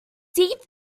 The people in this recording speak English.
deep